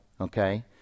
okay